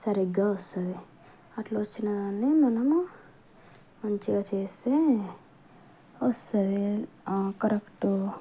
సరిగా వస్తుంది అట్లా వచ్చినదాన్ని మనము మంచిగా చేస్తే వస్తుంది కరెక్ట్